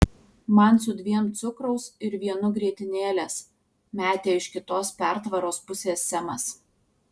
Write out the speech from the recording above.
man su dviem cukraus ir vienu grietinėlės metė iš kitos pertvaros pusės semas